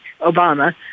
Obama